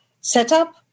setup